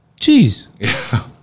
Jeez